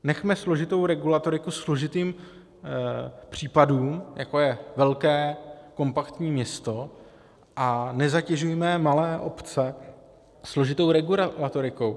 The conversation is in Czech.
Nechme složitou regulatoriku složitým případům, jako je velké kompaktní město, a nezatěžujme malé obce složitou regulatorikou.